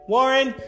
Warren